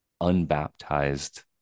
unbaptized